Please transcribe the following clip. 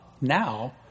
now